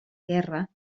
guerra